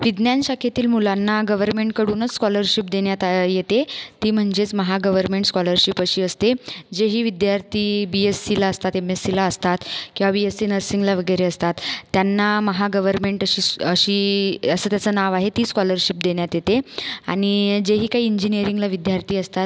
विज्ञान शाखेतील मुलांना गवर्नमेंटकडूनच स्कॉलरशिप देण्यात येते ती म्हणजेच महागवरमेन्ट स्कॉलरशिप अशी असते जेही विद्यार्थी बी एस्सीला असतात एम एस्सीला असतात किंवा वी एस्सी नर्सिंगला वगैरे असतात त्यांना महागवरमेन्ट अशीस अशी असं त्याचं नाव आहे ती स्कॉलरशिप देण्यात येते आणि जेही काही इंजिनियरिंगला विद्यार्थी असतात